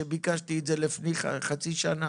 שביקשתי את זה לפני חצי שנה